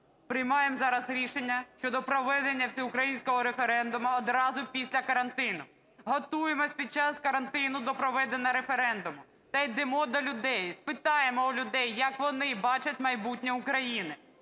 приймаємо зараз рішення щодо проведення всеукраїнського референдуму одразу після карантину. Готуємося під час карантину до проведення референдуму та йдемо до людей, спитаємо у людей, як вони бачать майбутнє України,